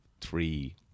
three